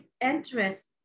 interest